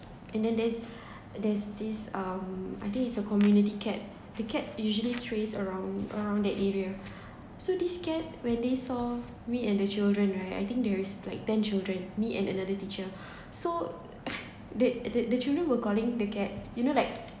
and then there's there's this um I think it's a community cat the cat usually strays around around that area so this cat when they saw me and the children right I think there's like ten children me and another teacher so ah that the children were calling the cat you know like